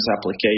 applications